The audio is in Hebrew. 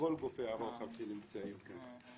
ולכל גופי הרוחב שנמצאים כאן,